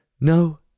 No